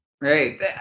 Right